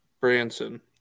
Branson